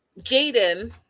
Jaden